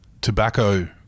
tobacco